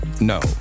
no